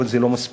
אבל זה לא מספיק.